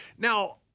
Now